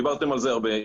דיברתם על זה הרבה.